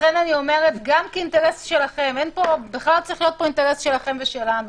לכן אני אומרת גם כאינטרס שלכם בכלל צריך להיות פה אינטרס שלכם ושלנו